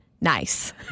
nice